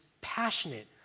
passionate